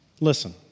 Listen